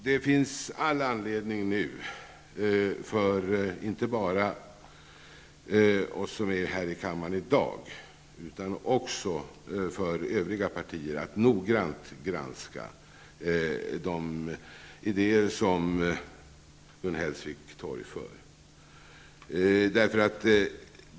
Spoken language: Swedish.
Det finns nu all anledning för inte bara oss som är här i kammaren i dag utan också övriga partier att noggrant granska de idéer som Gun Hellsvik torgför.